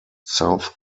south